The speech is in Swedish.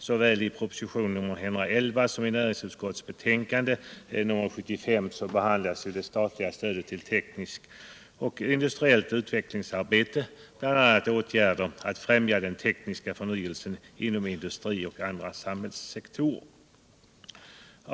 Såväl i propositionen 111 som i näringsutskottets betänkande nr 75 behandlas det statliga stödet till teknisk forskning och industriellt utvecklingsarbete, bl.a. åtgärder för att främja den tekniska förnyelsen inom industri och andra samhällssektorer.